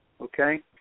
okay